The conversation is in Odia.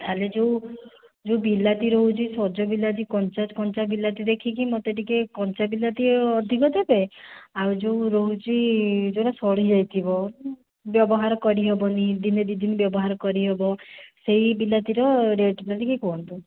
ତା'ହେଲେ ଯେଉଁ ଯେଉଁ ବିଲାତି ରହୁଛି ସଜ ବିଲାତି କଞ୍ଚା କଞ୍ଚା ବିଲାତି ଦେଖିକି ମୋତେ ଟିକିଏ କଞ୍ଚା ବିଲାତି ଅଧିକ ଦେବେ ଆଉ ଯେଉଁ ରହୁଛି ଯେଉଁଟା ସଢ଼ି ଯାଇଥିବା ବ୍ୟବହାର କରି ହେବନି ଦିନେ ଦୁଇ ଦିନ ବ୍ୟବହାର କରିହେବ ସେହି ବିଲାତିର ରେଟ୍ଟା ଟିକିଏ କୁହନ୍ତୁ